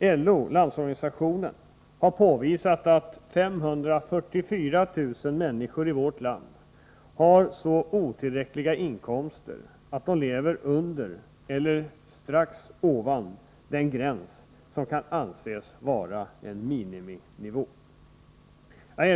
LO —- Landsorganisationen — har påvisat att 544 000 människor i vårt land har så otillräckliga inkomster att de lever under eller strax ovan den gräns som kan anses vara en miniminivå.